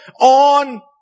on